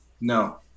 no